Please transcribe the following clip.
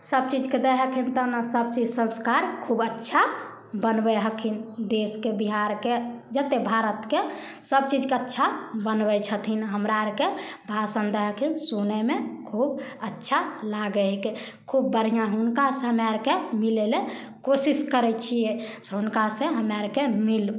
सब चीजके दै हकीन तब सब चीज संस्कार खूब अच्छा बनबै हकीन देशके बिहारके जत्ते भारतके सब चीजके अच्छा बनबै छथिन हमरा आरके भाषण दै हकीन सुनयमे खूब अच्छा लागे हीकै खूब बढ़िऑं हुनका से हमरा आरके मिलै लए कोशिश करै छियै से हुनका से हमे अरके मिल